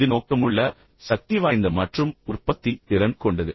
இது நோக்கமுள்ள சக்திவாய்ந்த மற்றும் உற்பத்தி திறன் கொண்டது